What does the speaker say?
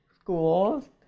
schools